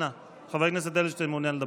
אנא, חבר הכנסת אדלשטיין מעוניין לדבר.